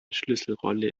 schlüsselrolle